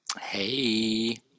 Hey